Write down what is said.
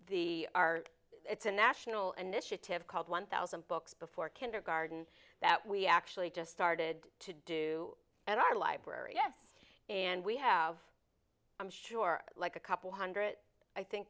the our it's a national initiative called one thousand books before kindergarden that we actually just started to do at our library yes and we have i'm sure like a couple hundred i think